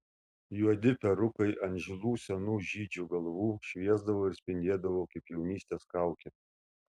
juodi perukai ant žilų senų žydžių galvų šviesdavo ir spindėdavo kaip jaunystės kaukė